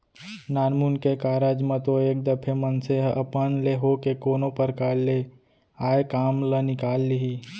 नानमुन के कारज म तो एक दफे मनसे ह अपन ले होके कोनो परकार ले आय काम ल निकाल लिही